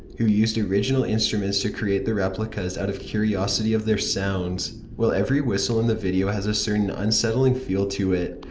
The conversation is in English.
who used original instruments to create the replicas out of curiosity of their sounds. while every whistle in the video has a certain unsettling feel to it,